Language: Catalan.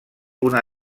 una